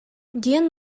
диэн